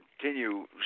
continue